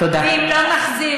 ואם לא נחזיר,